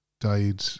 died